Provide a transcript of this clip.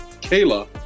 Kayla